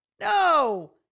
No